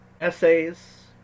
essays